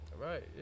Right